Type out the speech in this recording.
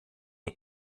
den